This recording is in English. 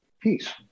peace